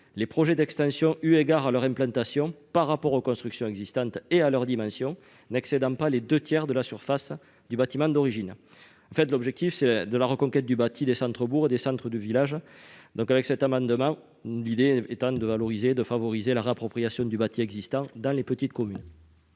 les projets d'extension « eu égard à leur implantation par rapport aux constructions existantes et à leur dimension n'excédant pas les deux tiers de la construction d'origine ». Notre objectif est bien la reconquête du bâti des centres-bourgs et des centres de village, l'idée étant de valoriser et de favoriser la réappropriation du bâti existant dans les petites communes.